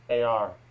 Ar